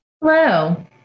Hello